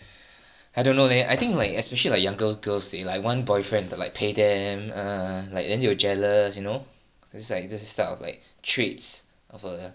I don't know leh I think like especially like younger girls they like want boyfriend to like 陪 them err like then will be jealous you know it's like this type of like traits of a